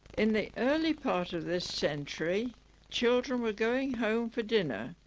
in the early part of this century children were going home for dinner.